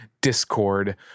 discord